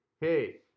Hey